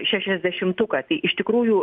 šešiasdešimtuką tai iš tikrųjų